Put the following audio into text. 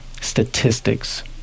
statistics